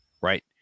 Right